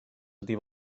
ydy